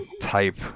type